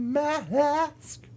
mask